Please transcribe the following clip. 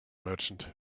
merchant